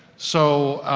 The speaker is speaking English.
so,